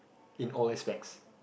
in all aspects